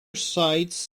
sites